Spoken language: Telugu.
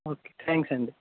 ఓకే థ్యాంక్స్ అండి